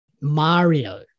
Mario